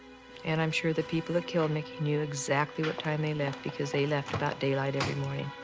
and i'm sure the people that killed mickey knew exactly what time they left, because they left without daylight every morning.